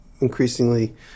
increasingly –